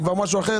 זה משהו אחר.